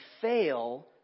fail